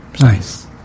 Nice